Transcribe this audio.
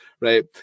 right